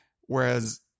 whereas